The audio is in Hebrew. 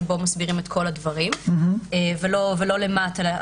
שבו מסבירים את כל הדברים ולא למטה.